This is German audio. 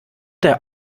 der